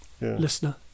listener